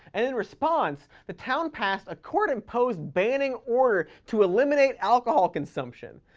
and in response the town passed a court imposed banning order to eliminate alcohol consumption.